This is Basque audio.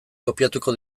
kopiatuko